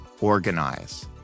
Organize